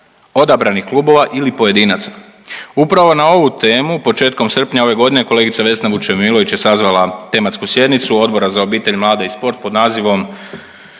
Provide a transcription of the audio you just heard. odabranih klubova ili pojedinaca. Upravo na ovu temu početkom srpnja ove godine kolegica Vesna Vučemilović je sazvala tematsku sjednicu Odbora za obitelj, mlade i sport pod nazivom